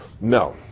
No